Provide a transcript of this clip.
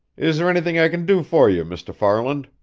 is there anything i can do for you, mr. farland?